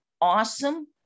awesome